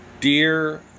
dear